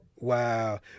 Wow